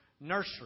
nursery